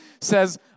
says